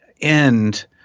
end